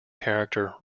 character